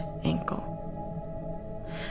ankle